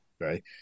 Right